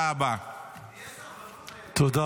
תהיה